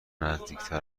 نزدیکتر